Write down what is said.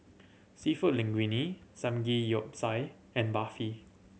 Seafood Linguine Samgeyopsal and Barfi